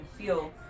feel